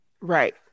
Right